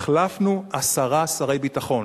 החלפנו עשרה שרי ביטחון.